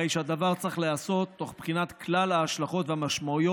הרי הדבר צריך להיעשות תוך בחינת כלל ההשלכות והמשמעויות,